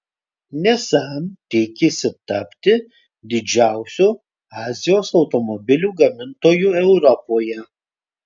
nissan tikisi tapti didžiausiu azijos automobilių gamintoju europoje